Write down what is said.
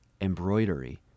embroidery